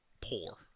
poor